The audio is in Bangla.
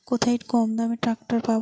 কোথায় কমদামে ট্রাকটার পাব?